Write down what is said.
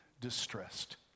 distressed